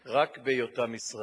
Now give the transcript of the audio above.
רק בהיותם ישראלים.